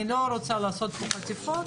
אבל אני לא רוצה לעשות מחטפים.